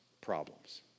problems